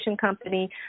company